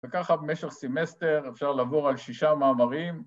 ‫וככה במשך סמסטר אפשר ‫לעבור על שישה מאמרים.